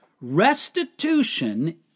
restitution